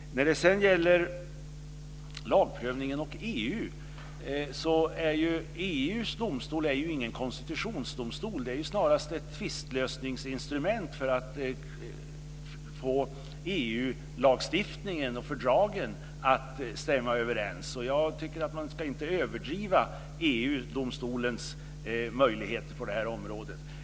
När det sedan gäller lagprövningen och EU är ju EU:s domstol inte någon konstitutionsdomstol. Den är ju snarare ett tvistlösningsinstrument för att få EU lagstiftningen och fördragen att stämma överens. Jag tycker inte att man ska överdriva EU-domstolens möjligheter på det här området.